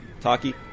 Taki